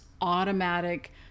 automatic